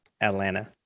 Atlanta